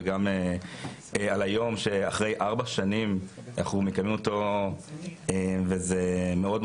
וגם על היום שאחרי ארבע שנים אנחנו מקיימים אותו וזה מאוד,